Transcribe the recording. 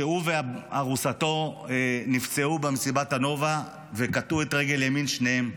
שהוא וארוסתו נפצעו במסיבת הנובה וקטעו את רגל ימין של שניהם.